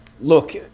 look